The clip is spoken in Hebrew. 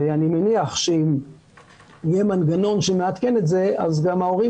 ואני מניח שכשיהיה מנגנון שמעדכן את זה אז גם ההורים